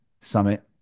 summit